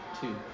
Two